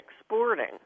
exporting